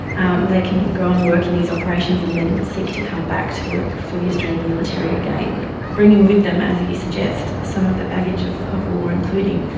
and they can go and work in these operations and then seek to come back to work for the australian military again, bringing with them, as you suggest, some of the baggage of of war including,